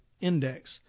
index